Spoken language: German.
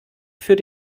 für